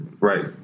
Right